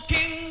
King